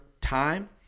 time